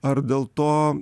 ar dėl to